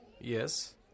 Yes